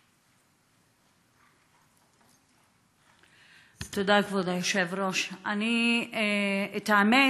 תודה, כבוד היושב-ראש, האמת,